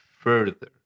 further